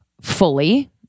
fully